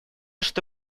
что